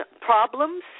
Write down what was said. problems